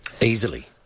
easily